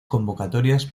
convocatorias